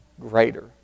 greater